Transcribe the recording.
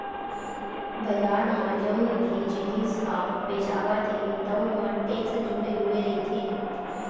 बजार म जउन भी जिनिस ह बेचावत हे तउन म टेक्स जुड़े हुए रहिथे